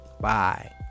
Bye